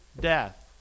death